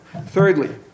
Thirdly